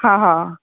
હા હા